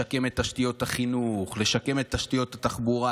לשקם את תשתיות החינוך, לשקם את תשתיות התחבורה?